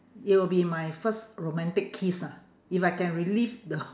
it will be my first romantic kiss ah if I can relive the